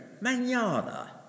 manana